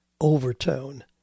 overtone